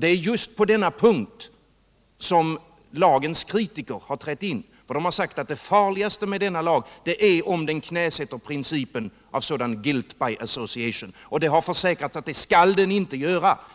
Det är just på denna punkt som lagens kritiker har trätt in, och de har sagt att det farligaste med denna lag är om den knäsätter principen om guilt by association. Det har försäkrats att det skall den inte göra.